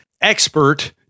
expert